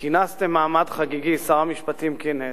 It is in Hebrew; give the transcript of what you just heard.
כינסתם מעמד חגיגי שר המשפטים כינס,